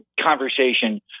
conversation